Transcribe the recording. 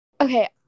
okay